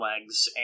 legs